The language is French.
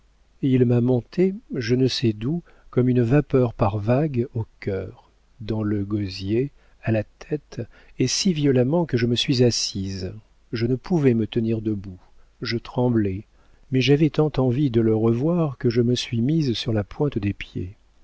il m'a monté je ne sais d'où comme une vapeur par vagues au cœur dans le gosier à la tête et si violemment que je me suis assise je ne pouvais me tenir debout je tremblais mais j'avais tant envie de le revoir que je me suis mise sur la pointe des pieds